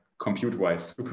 compute-wise